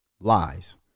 Lies